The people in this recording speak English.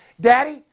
Daddy